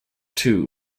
too